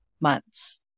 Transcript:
months